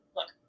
Look